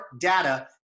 data